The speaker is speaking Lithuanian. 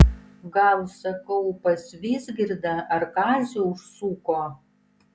gal sakau pas vizgirdą ar kazį užsuko